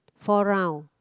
four round